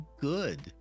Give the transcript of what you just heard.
good